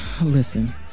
Listen